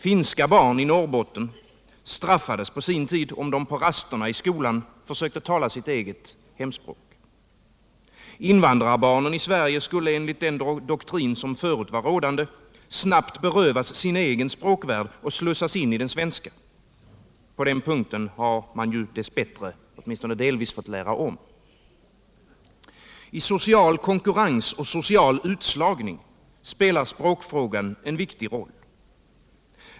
Finska barn i Norrbotten straffades på sin tid, om de på rasterna i skolan försökte tala sitt eget hemspråk. Invandrarbarnen i Sverige skulle enligt den doktrin som förut rådde snabbt berövas sin egen språkvärld och slussas in i den svenska. På den punkten har man ju, åtminstone delvis, dess bättre fått lära om. I social konkurrens och social utslagning spelar språket en viktig roll.